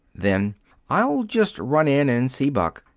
then i'll just run in and see buck.